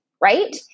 right